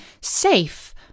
safe